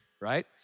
right